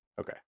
Okay